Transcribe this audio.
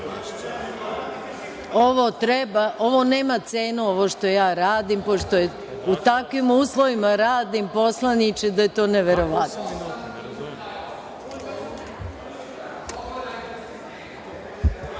ostalo.)Ovo nema cenu, ovo što ja radim, pošto u takvim uslovima radim, poslaniče, da je to neverovatno.(Saša